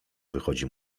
wychodzi